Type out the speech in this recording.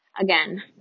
again